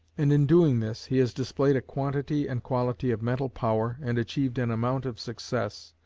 and in doing this he has displayed a quantity and quality of mental power, and achieved an amount of success,